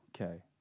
okay